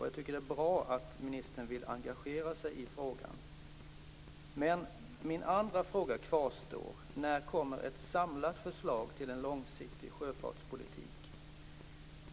Jag tycker att det är bra att ministern vill engagera sig i frågan. Men min andra fråga kvarstår. När kommer ett samlat förslag till en långsiktig sjöfartspolitik?